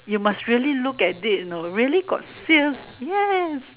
you must really look at it really got sales yes